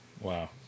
Wow